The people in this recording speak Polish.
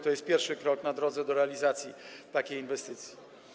To jest pierwszy krok na drodze do realizacji takiej inwestycji.